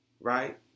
Right